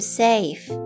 save